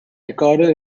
recorded